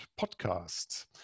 podcast